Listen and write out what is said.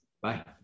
Bye